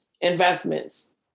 investments